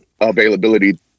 availability